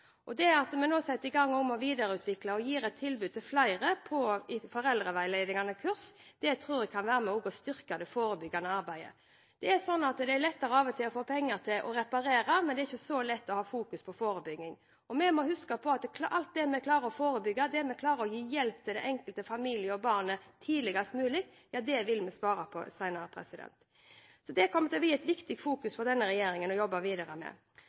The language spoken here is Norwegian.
hjemmet. Det at vi nå setter i gang med å videreutvikle og gi et tilbud til flere på foreldreveiledningskurs, tror jeg også kan være med og styrke det forebyggende arbeidet. Det er lettere av og til å få penger til å reparere, det er ikke så lett å ha fokus på forebygging, men vi må huske på at alt det vi klarer å forebygge, når vi klarer å gi hjelp til den enkelte familie og barnet tidligst mulig, vil vi spare på senere. Så det kommer til å bli et viktig fokus for denne regjeringen å jobbe videre med.